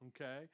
okay